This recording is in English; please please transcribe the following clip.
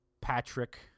Patrick